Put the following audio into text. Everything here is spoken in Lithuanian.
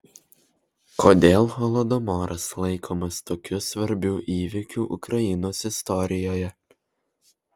kodėl holodomoras laikomas tokiu svarbiu įvykiu ukrainos istorijoje